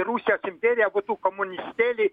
rusijos imperija būtų komunistėliai